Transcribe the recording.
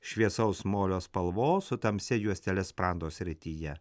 šviesaus molio spalvos su tamsia juostele sprando srityje